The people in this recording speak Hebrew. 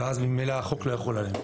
ואז ממילא החוק לא יחול עליהם.